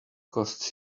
costs